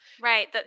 Right